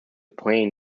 plane